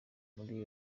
muri